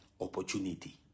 opportunity